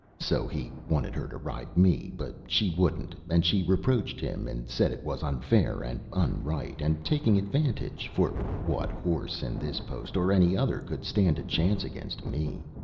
so he wanted her to ride me, but she wouldn't and she reproached him, and said it was unfair and unright, and taking advantage for what horse in this post or any other could stand a chance against me?